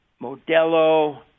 Modelo